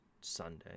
Sunday